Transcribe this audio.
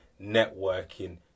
networking